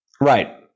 Right